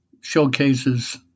showcases